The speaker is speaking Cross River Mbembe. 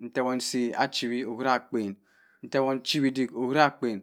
ntewonsi achiwe obira akpen ntewon chewedik uwura akpen